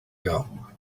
gum